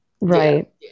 right